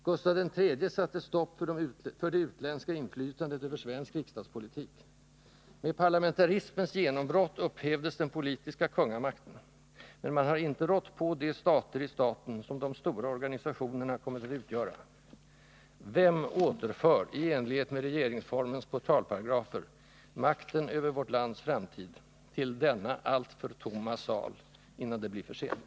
Gustav III satte stopp för det utländska inflytandet över svensk riksdagspolitik. Med parlamentarismens genombrott upphävdes den politiska kungamakten, men man har inte rått på de stater i staten som de stora organisationerna kommit att utgöra. Vem återför, i enlighet med regeringsformens portalparagrafer, makten över vårt lands framtid till denna alltför tomma sal, innan det blir för sent?